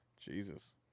Jesus